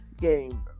game